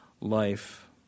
life